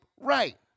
right